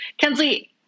Kensley